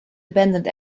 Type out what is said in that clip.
abandoned